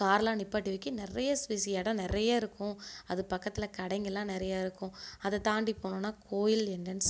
கார்லாம் நிப்பாட்டி வைக்க நிறைய ஸ்பேஸ் இடம் நிறைய இருக்கும் அது பக்கத்தில் கடைங்களாம் நிறைய இருக்கும் அதைத்தாண்டி போனோனால் கோவில் எண்ட்ரன்ஸ்